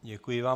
Děkuji vám.